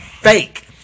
fake